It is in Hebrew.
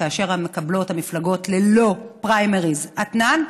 כאשר המפלגות ללא פריימריז מקבלות אתנן,